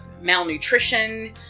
malnutrition